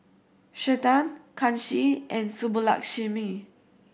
Chetan Kanshi and Subbulakshmi